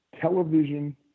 television